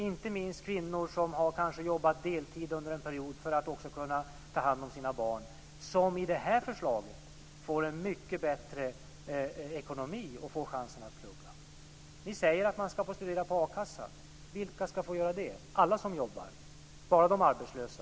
Inte minst kvinnor, som kanske har jobbat deltid under en period för att också kunna ta hand om sina barn, får med det här förslaget en mycket bättre ekonomi och får chansen att plugga. Ni säger att man ska få studera på a-kassa. Vilka ska få göra det? Alla som jobbar? Bara de arbetslösa?